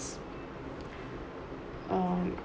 um